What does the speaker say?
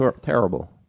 terrible